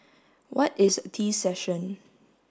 what is a tea session